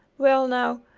well, now,